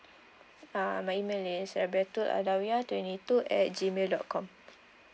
uh my email is rabiahtul adawiyah twenty two at G mail dot com